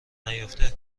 نیافته